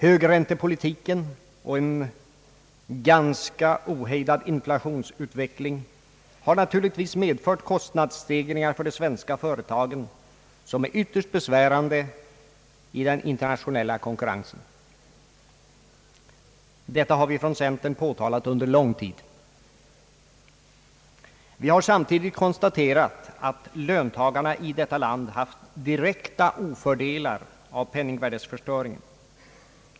Högräntepolitiken och en ganska ohejdad inflationsutveckling har naturligtvis medfört kostnadsstegringar för de svenska företagen som är ytterst besvärande i den internationella konkurrensen. Detta har vi från centern påtalat under lång tid. Vi har samtidigt konstaterat, att löntagarna i detta land haft direkta nackdelar av penningvärdeförstöringen.